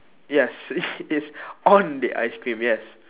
yes it is on the ice cream yes